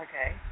Okay